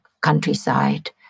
countryside